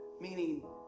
meaning